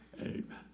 Amen